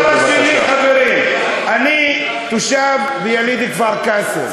הדבר השני, חברים, אני תושב ויליד כפר-קאסם.